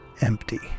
empty